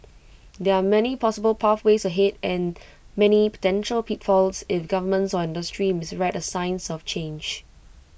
there are many possible pathways ahead and many potential pitfalls if governments or industry misread the signs of change